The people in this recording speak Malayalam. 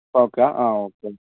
ഓക്കെ ആ ഓക്കെ